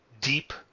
deep